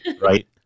right